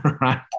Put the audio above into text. right